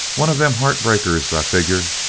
one of them heart-breakers, i figure.